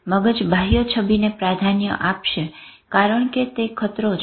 મગજ બાહ્ય છબીને પ્રાધાન્ય આપશે કારણ કે તે જ ખતરો છે